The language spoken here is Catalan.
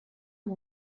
amb